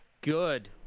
Good